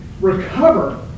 recover